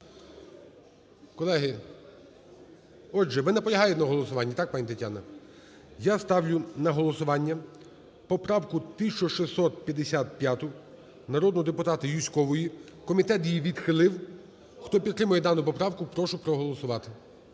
отже, ви наполягаєте на голосуванні, так, пані Тетяно? Я ставлю на голосування поправку 1655 народного депутата Юзькової. Комітет її відхилив. Хто підтримує дану поправку, прошу проголосувати.